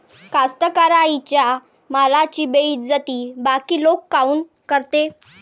कास्तकाराइच्या मालाची बेइज्जती बाकी लोक काऊन करते?